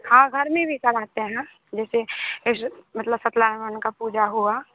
हाँ घर में भी कराते हैं जैसे ए जो मतलब सत्यनारायन भगवान का पूजा हुआ